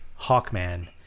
Hawkman